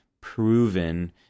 proven